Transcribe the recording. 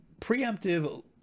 Preemptive